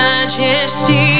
Majesty